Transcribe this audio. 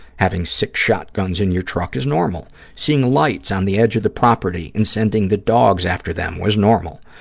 having six shotguns in your truck is normal. seeing lights on the edge of the property and sending the dogs after them was normal.